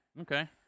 Okay